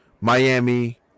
Miami